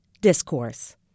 discourse